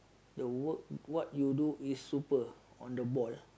the work what you do is super on the board